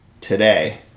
today